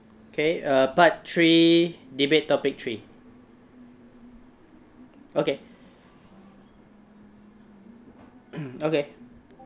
K err part three debate topic three okay okay